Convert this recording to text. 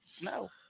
no